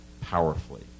powerfully